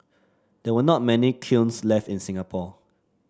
there are not many kilns left in Singapore